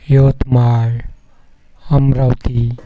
Yavatmal Amravati